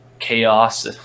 chaos